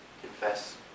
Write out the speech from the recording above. Confess